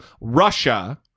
Russia